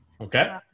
Okay